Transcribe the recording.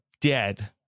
dead